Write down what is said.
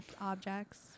objects